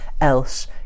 else